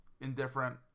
Indifferent